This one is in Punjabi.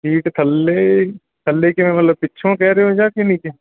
ਸੀਟ ਥੱਲੇ ਥੱਲੇ ਕਿਵੇਂ ਮਤਲਬ ਪਿੱਛੋਂ ਕਹਿ ਰਹੇ ਹੋ ਜਾਂ ਕਿ ਨੀਚੇ